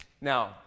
now